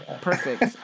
perfect